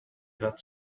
that